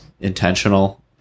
intentional